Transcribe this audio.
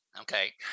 okay